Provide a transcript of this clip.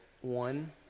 one